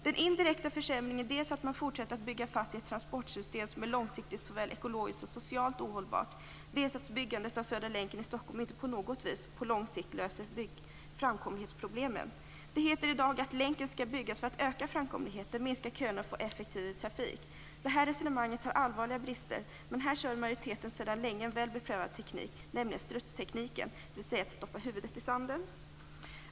Den indirekta försämringen är dels att man fortsätter att bygga fast sig i ett transportsystem som långsiktigt är såväl ekologiskt som socialt ohållbart, dels att byggandet av Södra länken i Stockholm inte på något vis på lång sikt löser framkomlighetsproblemen. Det heter i dag att länken skall byggas för att öka framkomligheten, minska köerna och få effektiv trafik. Detta resonemang har allvarliga brister. Men här kör majoriteten sedan länge med en väl beprövad teknik, nämligen strutstekniken, dvs. att stoppa huvudet i sanden.